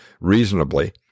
reasonably